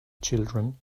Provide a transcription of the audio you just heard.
children